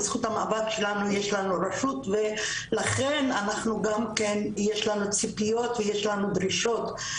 בזכות המאבק שלנו יש לנו רשות ולכן גם כן יש לנו ציפיות ויש לנו דרישות.